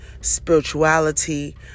spirituality